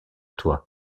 toi